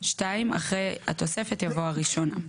; (2) אחרי "התוספת" יבוא "הראשונה".